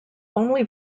only